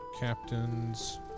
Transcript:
captain's